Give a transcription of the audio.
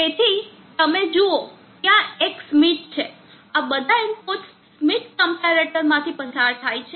તેથી તમે જુઓ ત્યાં એક સ્કેમિટ છે બધા ઇનપુટ્સ સ્ક્મિટ ક્મ્પેરેટર માંથી પસાર થાય છે